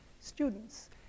students